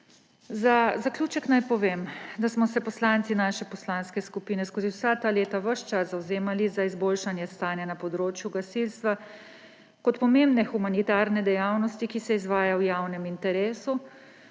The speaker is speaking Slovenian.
Za zaključek naj povem, da smo se poslanci naše poslanske skupine skozi vsa ta leta ves čas zavzemali za izboljšanje stanja na področju gasilstva kot pomembne humanitarne dejavnosti, ki se izvaja v javnem interesu,